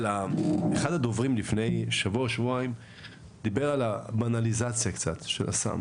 אחד הדוברים לפני שבוע או שבועיים דיבר על הבנליזציה של הסם.